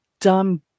dumb